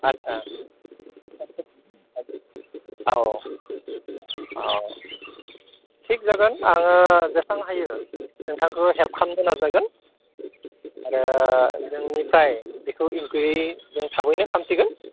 आस्सा औ औ थिख जागोन आङो जेसां हायो नोंथांखो हेल्प खालामनो नाजागोन आरो जोंनिफ्राय बेखौ इनकुवेरि जों थाबैनो खालामसिगोन